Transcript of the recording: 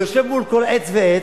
הוא יושב מול כל עץ ועץ,